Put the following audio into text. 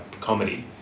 comedy